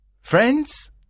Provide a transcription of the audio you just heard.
Friends